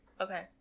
Okay